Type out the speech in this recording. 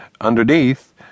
underneath—